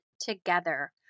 together